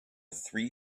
three